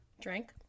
Drink